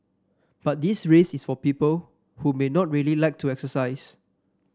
but this race is for people who may not really like to exercise